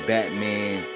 Batman